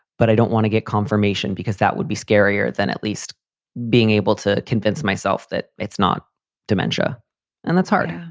but i don't want to get confirmation because that would be scarier than at least being able to convince myself that it's not dementia and that's hard